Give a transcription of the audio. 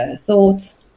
thoughts